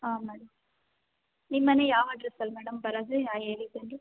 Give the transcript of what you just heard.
ಹಾಂ ಮೇಡಮ್ ನಿಮ್ಮ ಮನೆ ಯಾವ ಅಡ್ರೆಸ್ಸಲ್ಲಿ ಮೇಡಮ್ ಬರೋದು ಯಾವ ಏರಿಯಾದಲ್ಲಿ